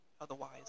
Otherwise